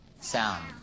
sound